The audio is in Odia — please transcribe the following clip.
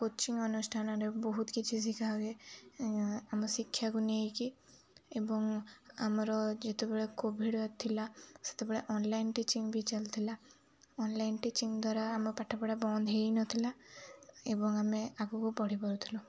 କୋଚିଂ ଅନୁଷ୍ଠାନରେ ବହୁତ କିଛି ଶିଖା ହୁଏ ଆମ ଶିକ୍ଷାକୁ ନେଇକି ଏବଂ ଆମର ଯେତେବେଳେ କୋଭିଡ଼ ଥିଲା ସେତେବେଳେ ଅନଲାଇନ୍ ଟିଚିଙ୍ଗ ବି ଚାଲିଥିଲା ଅନଲାଇନ ଟିଚିଂ ଦ୍ୱାରା ଆମ ପାଠପଢ଼ା ବନ୍ଦ ହେଇନଥିଲା ଏବଂ ଆମେ ଆଗକୁ ପଢ଼ି ପାରୁଥିଲୁ